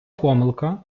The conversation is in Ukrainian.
помилка